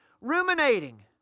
ruminating